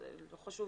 לא חשוב